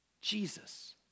Jesus